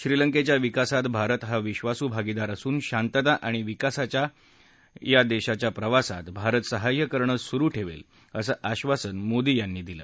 श्रीलंकेच्या विकासात भारत हा विब्रासू भागीदार असून शांतता आणि विकासाच्या त्या देशाच्या प्रवासात भारत सहाय्य करणं सुरू ठेवणार आहे असं आब्रासन मोदी यांनी दिलं